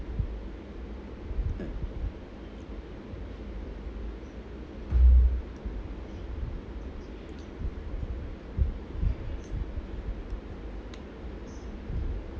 mm